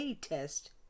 test